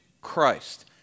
Christ